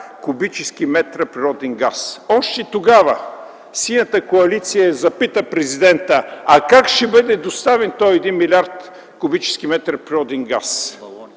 куб. м природен газ. Още тогава Синята коалиция запита президента: а как ще бъде доставен този 1 милиард кубически метра природен газ?